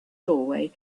doorway